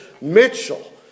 Mitchell